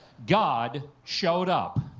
god showed up.